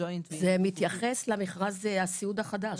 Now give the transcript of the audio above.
הג'וינט ועם --- זה מתייחס למכרז הסיעוד החדש.